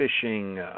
fishing